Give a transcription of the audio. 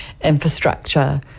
infrastructure